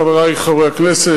חברי חברי הכנסת,